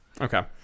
Okay